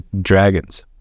dragons